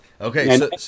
Okay